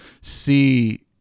see